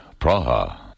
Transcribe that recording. Praha